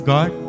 God